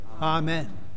amen